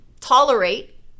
tolerate